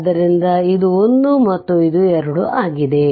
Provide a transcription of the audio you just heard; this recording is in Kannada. ಆದ್ದರಿಂದ ಇದು 1 ಇದು 2 ಆಗಿದೆ